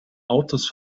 autos